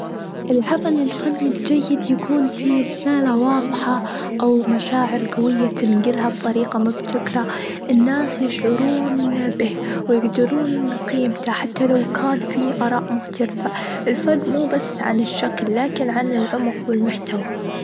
العمل الفني الجيد يكون في رسالة واضحة، أو مشاعر جوية تنجلها بطريقة مبتكرة الناس يشعرون به ويجدرون بقيمته حتى لو كان فيه أراء مختلفة الفرق مو بس عن الشكل لكن عن العمر والمحتوى.